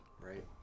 right